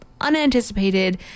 unanticipated